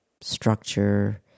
structure